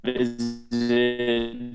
visit